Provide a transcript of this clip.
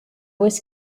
was